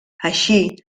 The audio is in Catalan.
així